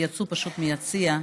הם יצאו פשוט מהיציע,